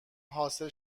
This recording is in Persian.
حاصل